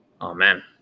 Amen